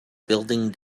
building